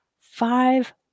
five